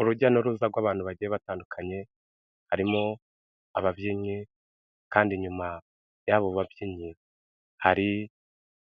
Urujya n'uruza rw'abantu bagiye batandukanye, harimo ababyinnyi kandi nyuma y'abo babyinnyi, hari